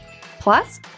Plus